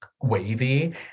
wavy